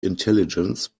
intelligence